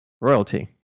royalty